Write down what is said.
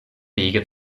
wege